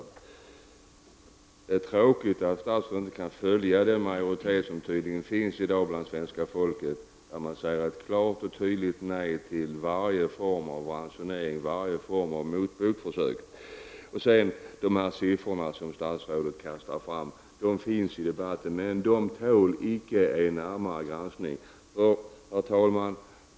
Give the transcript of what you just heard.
Det är tråkigt att statsrådet inte kan följa den majoritet som tydligen finns i dag bland svenska folket och som säger ett klart och tydligt nej till varje form av ransonering och varje form av försök att införa motbok. De siffror som statsrådet kastar fram tål icke en närmare granskning. Herr talman!